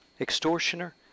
Extortioner